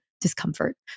discomfort